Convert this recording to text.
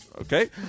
okay